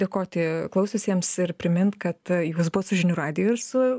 dėkoti klausiusiems ir primint kad jūs buvot su žinių radiju ir su